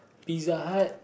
Pizza Hut